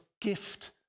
gift